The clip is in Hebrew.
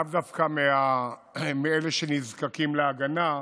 לאו דווקא מאלה שנזקקים להגנה,